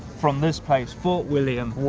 from this page, fort william.